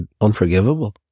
unforgivable